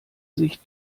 sich